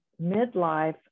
midlife